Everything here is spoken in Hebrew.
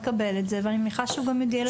מקבל את זה ואני מניחה שהוא גם מודיע לציבור.